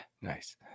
nice